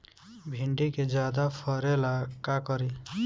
भिंडी के ज्यादा फरेला का करी?